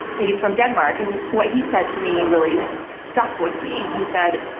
he's from denmark, and what he said to me really stuck with me. he said,